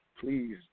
please